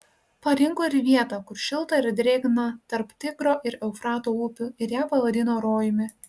parinko ir vietą kur šilta ir drėgna tarp tigro ir eufrato upių ir ją pavadino rojumi